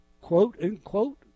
quote-unquote